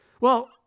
Well